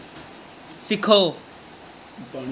सिक्खो